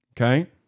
okay